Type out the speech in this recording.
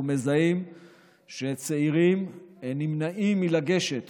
אנחנו מזהים שצעירים נמנעים מלגשת